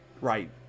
Right